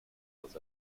was